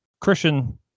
Christian